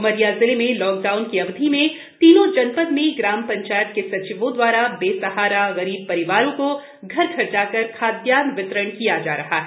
उमरिया जिले में लॉकडाउन की अवधि मे तीनो जनपद मे ग्राम पंचायत के सचिवों द्वारा बेसहारा गरीब परिवारो को घर घर जाकर खादयान्न वितरण किया जा रहा है